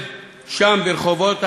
ברחובות הערים בסוריה,